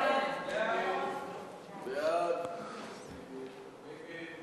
סעיף 14 נתקבל.